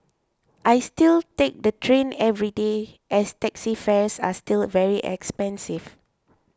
I still take the train every day as taxi fares are still very expensive